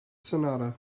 sonata